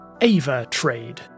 AvaTrade